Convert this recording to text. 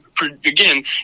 again